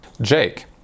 Jake